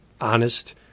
honest